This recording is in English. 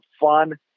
fun